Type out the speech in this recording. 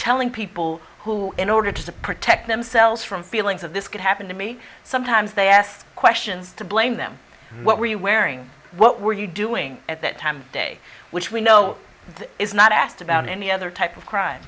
telling people who in order to protect themselves from feelings of this could happen to me sometimes they ask questions to blame them what were you wearing what were you doing at that time of day which we know is not asked about any other type of crime